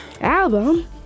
Album